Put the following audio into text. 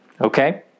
Okay